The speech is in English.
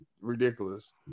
ridiculous